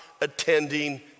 attending